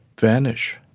Vanish